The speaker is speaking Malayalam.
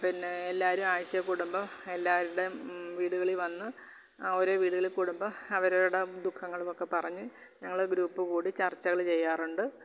പിന്നെ എല്ലാവരും ആഴ്ചയിൽ കൂടുമ്പോൾ എല്ലാവരുടെയും വീടുകളിൽ വന്ന് ഒരേ വീടുകളിൽ കൂടുമ്പോൾ അവരവരുടെ ദുഃഖങ്ങളുമൊക്കെ പറഞ്ഞു ഞങ്ങൾ ഗ്രൂപ്പ് കൂടി ചർച്ചകൾ ചെയ്യാറുണ്ട്